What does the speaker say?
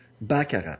Baccarat